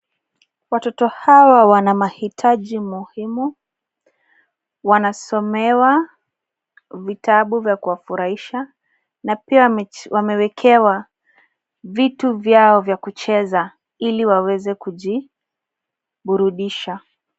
Watoto hawa wanamahitaji muhimu, wanasomewa vitabu vya kuwafurahisha na pia wamewekewa vitu vyao vya kucheza ili waweze kujiburudisha.